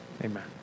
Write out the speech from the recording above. Amen